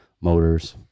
motors